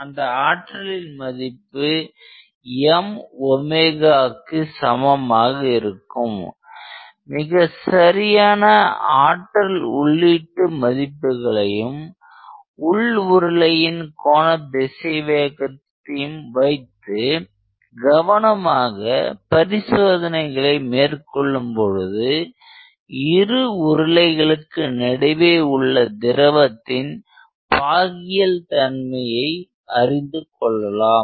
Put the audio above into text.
அந்த ஆற்றலின் மதிப்பு Mக்கு சமமாக இருக்கும் மிகச்சரியான ஆற்றல் உள்ளீட்டு மதிப்புகளையும் உள் உருளையின் கோணத் திசைவேகம் வைத்து கவனமாக பரிசோதனைகளை மேற்கொள்ளும் பொழுது இரு உருளை களுக்கு நடுவே உள்ள திரவத்தின் பாகியல் தன்மையை அறிந்து கொள்ளலாம்